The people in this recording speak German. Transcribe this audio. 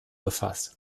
befasst